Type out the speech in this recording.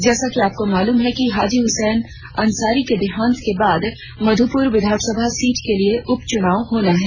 जैसा कि आपको मालूम है कि हाजी हुसैन अंसारी के देहांत के बाद मधुपुर विधानसभा सीट के लिए उप चुनाव होना है